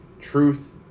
Truth